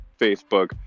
Facebook